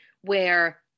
where-